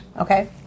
Okay